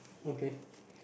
okay